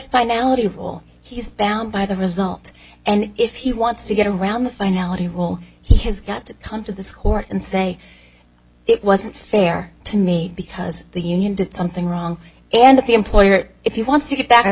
find ality of all he's bound by the result and if he wants to get around the finality will he has got to come to this court and say it wasn't fair to me because the union did something wrong and that the employer if he wants to get b